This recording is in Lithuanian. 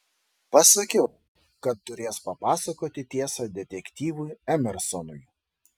pasakiau kad turės papasakoti tiesą detektyvui emersonui